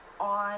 on